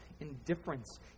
indifference